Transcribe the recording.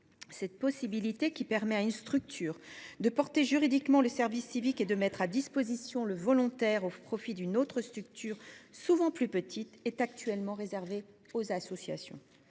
Cette possibilité, qui permet à une structure de porter juridiquement le service civique et de mettre à disposition le volontaire au profit d’une autre structure, souvent plus petite, est actuellement réservée aux associations.